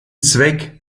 zweck